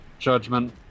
Judgment